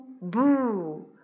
boo